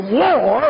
war